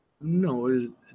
no